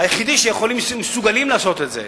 היחידים שמסוגלים לעשות את זה,